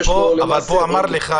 אבל פה אמר לך